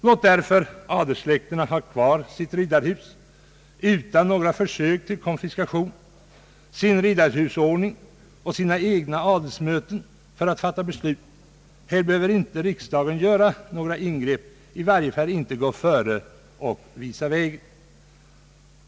Låt adelssläkterna därför ha kvar sitt riddarhus, utan några försök till konfiskation, sin riddarhusordning och sina egna adelsmöten för att fatta beslut! Här behöver riksdagen inte göra några ingrepp, i varje fall inte gå före och visa vägen.